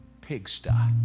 pigsty